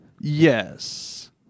Yes